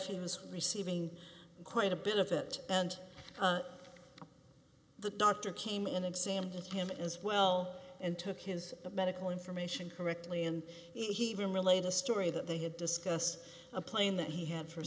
he was receiving quite a bit of it and the doctor came in exam to have it as well and took his medical information correctly and he even relate a story that they had discussed a plane that he had for